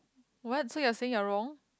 what so you're saying you're wrong